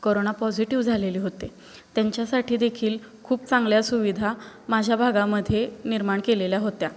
corona positive झालेले होते त्यांच्यासाठी देखील खूप चांगल्या सुविधा माझ्या भागामध्ये निर्माण केलेल्या होत्या